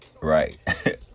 right